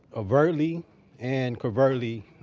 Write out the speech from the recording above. overtly and covertly